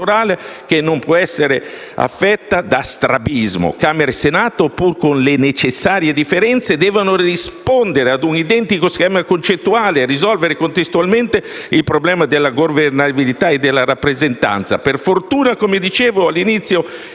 che non può essere affetta da strabismo: Camera e Senato, pur con le necessarie differenze, devono rispondere ad un identico schema concettuale e risolvere contestualmente il problema della governabilità e della rappresentanza. Per fortuna, come dicevo all'inizio,